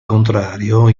contrario